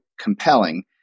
compelling